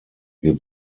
wir